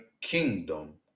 kingdom